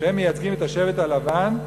שהם מייצגים את השבט הלבן,